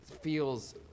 feels